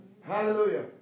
Hallelujah